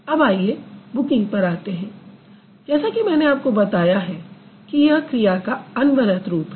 अब आइए बुकिंग पर आते हैं जैसा कि मैंने आपको बताया है कि यह क्रिया का अनवरत रूप है